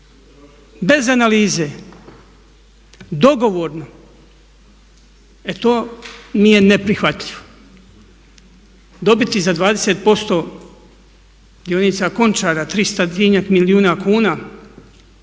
bez analize, dogovorno e to mi je neprihvatljivo. Dobiti za 20% dionica Končara tristotinjak milijuna kuna